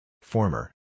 Former